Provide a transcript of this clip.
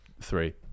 three